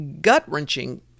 gut-wrenching